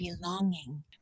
belonging